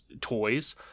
toys